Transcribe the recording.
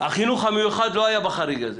החינוך המיוחד לא היה בחריג הזה.